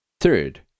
Third